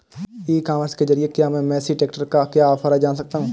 ई commerce के ज़रिए क्या मैं मेसी ट्रैक्टर का क्या ऑफर है जान सकता हूँ?